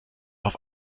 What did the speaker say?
auf